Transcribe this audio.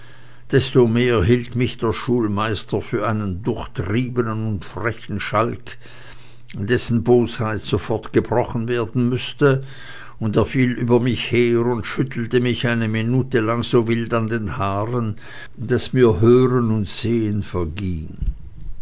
desto mehr hielt mich der schulmeister für einen durchtriebenen und frechen schalk dessen bosheit sofort gebrochen werden müßte und er fiel über mich her und schüttelte mich eine minute lang so wild an den haaren daß mir hören und sehen verging